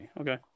Okay